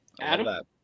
Adam